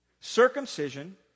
circumcision